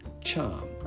charm